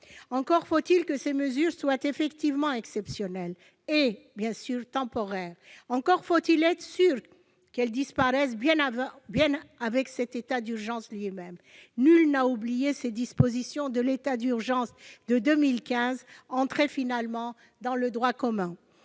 Encore faut-il que ces mesures soient effectivement exceptionnelles et, bien sûr, temporaires. Encore faut-il être sûr qu'elles disparaissent avec l'état d'urgence lui-même. Nul n'a oublié ces dispositions de l'état d'urgence de 2015 entrées finalement dans le droit commun.